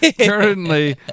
currently